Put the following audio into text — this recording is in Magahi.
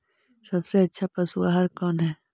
सबसे अच्छा पशु आहार कौन है?